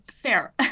fair